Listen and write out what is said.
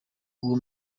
uwo